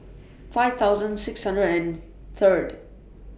five thousand six hundred and Third